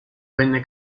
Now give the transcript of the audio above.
venne